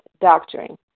doctrine